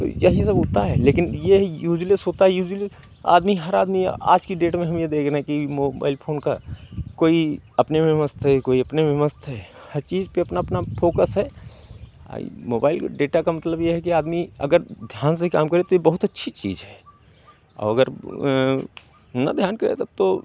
तो यही सब होता है लेकिन ये है यूज़लेस होता है यूज़लेस आदमी हर आदमी आज की डेट हम ये देख रहे हैं कि मोबाइल फोन का कोई अपने में मस्त है कोई अपने में मस्त है हर चीज़ पे अपना अपना फोकस है और मोबाइल डेटा का मतलब ये है कि आदमी अगर ध्यान से काम करें तो बहुत अच्छी चीज़ है और अगर ना ध्यान करें तब तो